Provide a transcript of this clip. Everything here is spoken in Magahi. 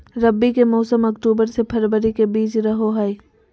रबी के मौसम अक्टूबर से फरवरी के बीच रहो हइ